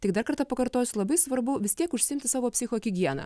tik dar kartą pakartosiu labai svarbu vis tiek užsiimti savo psichohigiena